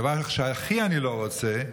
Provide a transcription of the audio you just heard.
הדבר שאני הכי לא רוצה,